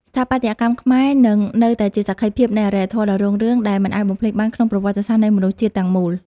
ស្ថាបត្យកម្មខ្មែរនឹងនៅតែជាសក្ខីភាពនៃអរិយធម៌ដ៏រុងរឿងដែលមិនអាចបំភ្លេចបានក្នុងប្រវត្តិសាស្ត្រនៃមនុស្សជាតិទាំងមូល។